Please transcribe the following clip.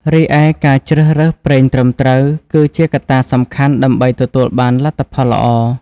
រីឯ ការជ្រើសរើសប្រេងត្រឹមត្រូវ គឺជាកត្តាសំខាន់ដើម្បីទទួលបានលទ្ធផលល្អ។